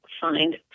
find